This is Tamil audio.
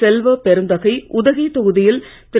செல்வப் பெருந்தகை உதகை தொகுதியில் திரு